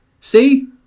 See